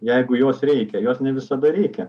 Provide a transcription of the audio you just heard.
jeigu jos reikia jos ne visada reikia